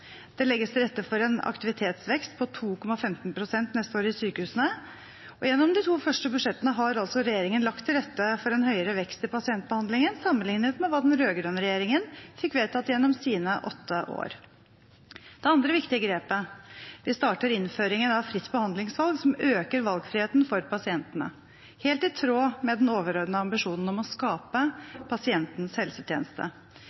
Det legges til rette for en aktivitetsvekst på 2,15 pst. i sykehusene neste år, og gjennom de to første budsjettene har regjeringen lagt til rette for en høyere vekst i pasientbehandlingen sammenlignet med hva den rød-grønne regjeringen fikk vedtatt gjennom sine åtte år. Det andre viktige grepet er at vi starter innføringen av fritt behandlingsvalg, som øker valgfriheten for pasientene – helt i tråd med den overordnede ambisjonen om å